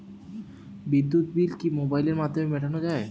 বিদ্যুৎ বিল কি মোবাইলের মাধ্যমে মেটানো য়ায়?